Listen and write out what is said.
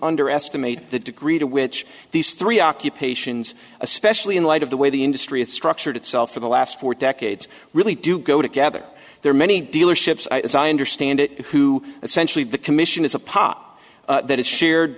underestimate the degree to which these three occupations especially in light of the way the industry is structured itself for the last four decades really do go together there are many dealerships as i understand it who essentially the commission is a pop that is shared